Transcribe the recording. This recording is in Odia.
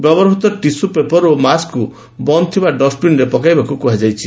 ବ୍ୟବହୂତ ଟିସୁ ପେପର୍ ଓ ମାସ୍କକୁ ବନ୍ଦ୍ ଥିବା ଡଷ୍ଟବିନ୍ରେ ପକାଇବାକୁ କୁହାଯାଇଛି